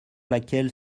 laquelle